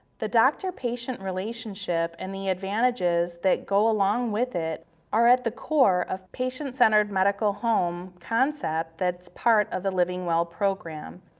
the doctor-patient relationship and the advantages that go along with it are at the core of patient-centered medical home concept that's part of the livingwell program.